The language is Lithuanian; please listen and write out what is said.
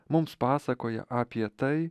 mums pasakoja apie tai